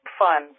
fun